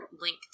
link